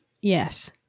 Yes